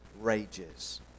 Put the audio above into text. rages